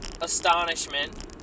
astonishment